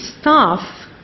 staff